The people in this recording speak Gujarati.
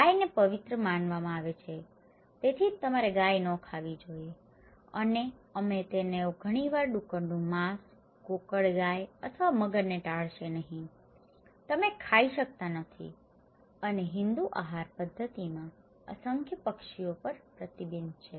ગાયને પવિત્ર માનવામાં આવે છે તેથી જ તમારે ગાય નો ખાવી જોઈએ અને અમે અને તેઓ ઘણીવાર ડુક્કરનું માંસ કોઈ ગોકળગાય અથવા મગરને ટાળશે નહીં તમે ખાઇ શકતા નથી અને હિંદુ આહાર પદ્ધતિઓમાં અસંખ્ય પક્ષીઓ પ્રતિબંધિત છે